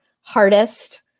hardest